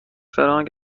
فرانک